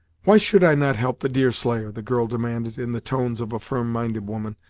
why should i not help the deerslayer? the girl demanded, in the tones of a firm minded woman.